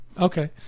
Okay